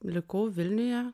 likau vilniuje